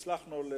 הצלחנו,